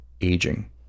Aging